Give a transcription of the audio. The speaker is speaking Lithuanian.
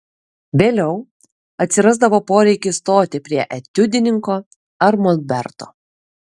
vėliau atsirasdavo poreikis stoti prie etiudininko ar molberto